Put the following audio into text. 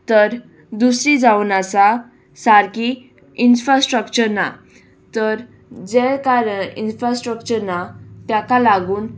तर दुसरी जावन आसा सारकी इन्फ्रास्ट्रक्चर ना तर जें कारण इन्फ्रास्ट्रक्चर ना ताका लागून